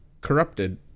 corrupted